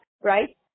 Right